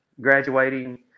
graduating